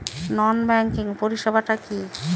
নন banking পরিষেবা টা কি?